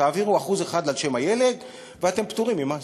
תעבירו 1% על שם הילד, ואתם פטורים ממס.